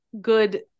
good